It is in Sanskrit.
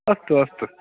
अस्तु अस्तु